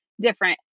different